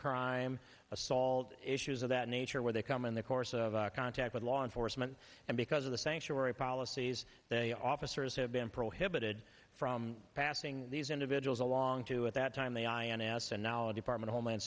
crime assault issues of that nature where they come in the course of contact with law enforcement and because of the sanctuary policies that a officers have been prohibited from passing these individuals along to at that time the ins and knowledge department homeland